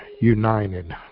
united